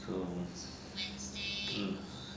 是 loh 可以